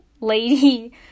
lady